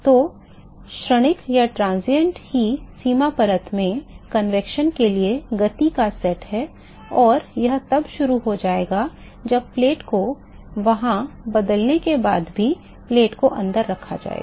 तो क्षणिक ही सीमा परत में संवहन के लिए गति का सेट है और यह तब शुरू हो जाएगा जब प्लेट को वहां बदलने के बाद भी प्लेट को अंदर रखा जाएगा